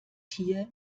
tier